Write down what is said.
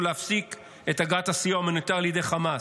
ולהפסיק את הגעת הסיוע ההומניטרי לידי חמאס,